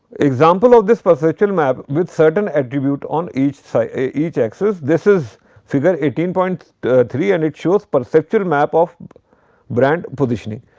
example of this perceptual map with certain attribute on each each axis. this is figure eighteen point three and it shows perceptual map of brand positioning.